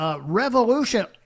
revolution